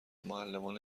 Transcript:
معلمان